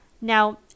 Now